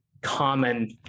common